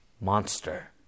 monster